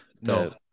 No